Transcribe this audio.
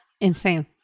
Insane